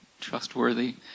trustworthy